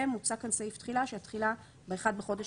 ומוצע כאן סעיף תחילה: "תחילה 2. תחילתה של